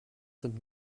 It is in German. sind